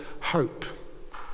hope